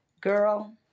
Girl